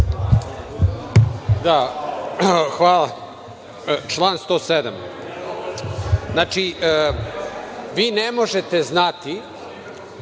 Hvala. Član 107. Znači, vi ne možete znati